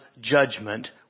judgment